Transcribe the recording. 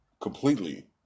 completely